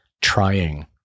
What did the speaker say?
trying